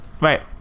Right